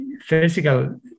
physical